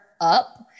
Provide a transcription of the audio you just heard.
up